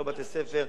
לא בתי-ספר.